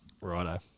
Righto